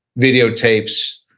video tapes,